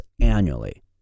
annually